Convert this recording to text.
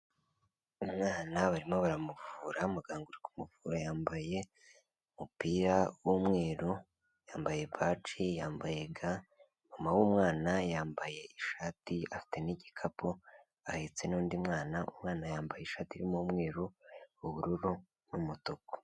Umwana barimo baramuvura, muganga uri kumuvura yambaye umupira w'umweru, yambaye baji, yambaye ga, mama w'umwana yambaye ishati, afite n'igikapu, ahetse n'undi mwana, umwana yambaye ishati irimo umweru, ubururu n'umutuku.